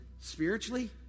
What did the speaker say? spiritually